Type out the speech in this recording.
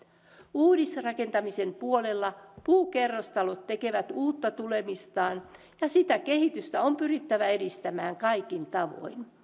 uudisrakentamisen puolella puukerrostalot tekevät uutta tulemistaan ja sitä kehitystä on pyrittävä edistämään kaikin tavoin